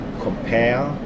compare